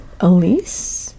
elise